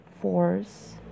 force